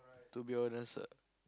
to be honest ah